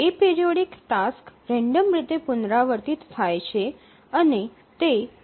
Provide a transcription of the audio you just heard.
aperiodic tasks random રીતે પુનરાવર્તિત થાય છે અને તે સોફ્ટ રીઅલ ટાઇમ ટાસક્સ હોય છે